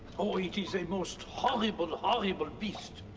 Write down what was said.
oh, it is a most horrible, horrible beast.